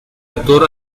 actor